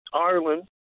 Ireland